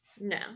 No